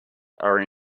are